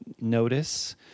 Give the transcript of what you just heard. notice